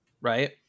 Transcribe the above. Right